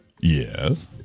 Yes